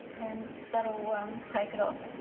and that'll take it off.